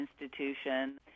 institution